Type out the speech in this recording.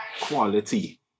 quality